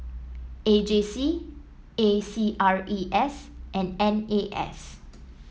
A J C A C R E S and N A S